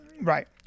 right